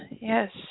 Yes